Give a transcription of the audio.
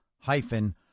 hyphen